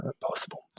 possible